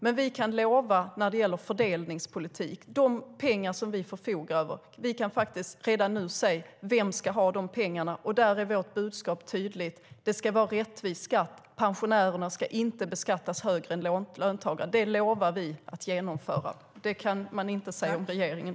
Men när det gäller fördelningspolitiken kan vi redan nu säga vem som ska ha de pengar vi förfogar över. Vårt budskap är tydligt: Det ska vara rättvis skatt. Pensionärer ska inte beskattas högre än löntagare. Detta lovar vi att genomföra. Det kan man inte säga om regeringen.